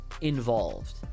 involved